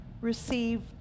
receive